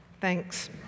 thanks